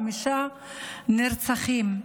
חמישה נרצחים,